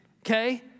okay